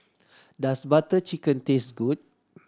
does Butter Chicken taste good